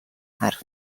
حرف